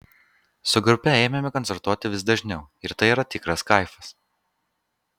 su grupe ėmėme koncertuoti vis dažniau ir tai yra tikras kaifas